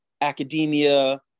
academia